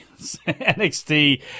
NXT